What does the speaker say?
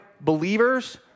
believers